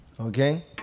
Okay